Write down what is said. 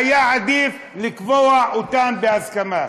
והיה עדיף לקבוע אותן בהסכמה.